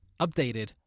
updated